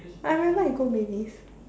I remember I go Mavis